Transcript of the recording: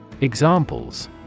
Examples